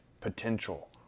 potential